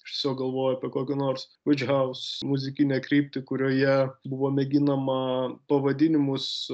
aš tiesiog galvoju apie kokią nors witch house muzikinę kryptį kurioje buvo mėginama pavadinimus